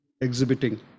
exhibiting